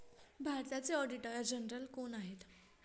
भारताचे auditor general कोण आहेत?